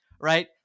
right